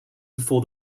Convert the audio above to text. before